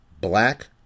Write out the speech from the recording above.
black